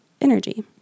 energy